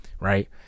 right